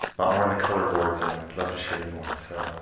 lot more in the color boards, and i'd love to show you more. so